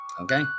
okay